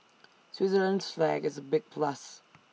Switzerland's flag is A big plus